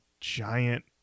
giant